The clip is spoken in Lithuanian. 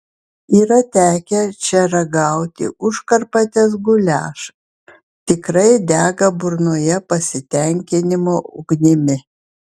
yra tekę čia ragauti užkarpatės guliašą tikrai dega burnoje pasitenkinimo ugnimi